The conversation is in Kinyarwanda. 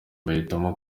bahitamo